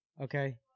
Okay